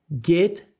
get